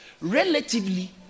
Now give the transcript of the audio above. relatively